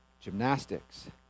gymnastics